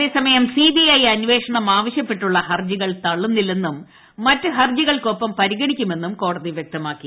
അതേസമയം സിബിഐ അന്വേഷണം ആവശ്യപ്പെട്ടുള്ള ഹർജികൾ തള്ളുന്നില്ലെന്നും മറ്റ് ഹർജികൾക്കൊപ്പം പരിഗണിക്കുമെന്നും കോടതി വ്യക്തമാക്കി